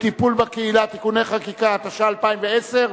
וטיפול בקהילה (תיקוני חקיקה), התש"ע 2010,